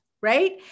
right